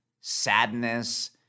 sadness